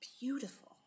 beautiful